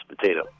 potato